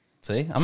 See